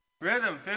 Rhythm